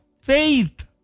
faith